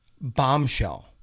Bombshell